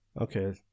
Okay